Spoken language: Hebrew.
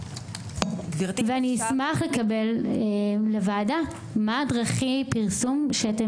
אני אשמח לקבל לוועדה פירוט מהן דרכי הפרסום שאתם